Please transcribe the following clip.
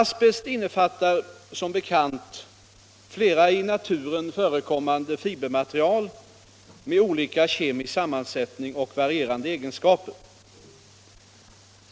Asbest innefattar som bekant flera i naturen förekommande fibermaterial med olika kemisk sammansättning och varierande egenskaper.